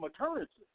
occurrences